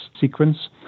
sequence